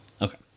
Okay